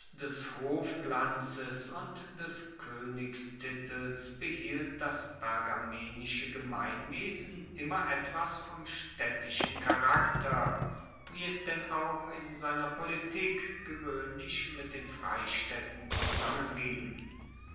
des hofglanzes und des koenigstitels behielt das pergamenische gemeinwesen immer etwas vom staedtischen charakter wie es denn auch in seiner politik gewoehnlich mit den freistaedten zusammenging